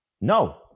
No